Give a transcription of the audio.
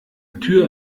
tür